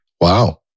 Wow